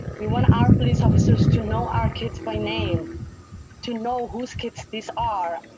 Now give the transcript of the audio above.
we want our police officers to know our kids by name to know who's keeps these are.